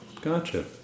Gotcha